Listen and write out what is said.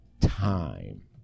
time